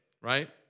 right